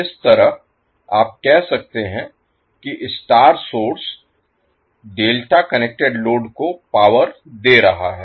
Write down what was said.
इस तरह आप कह सकते हैं कि star source delta connected load को पावर दे रहा है